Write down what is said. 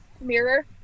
Mirror